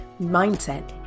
mindset